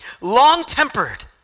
long-tempered